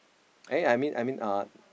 eh I mean I mean uh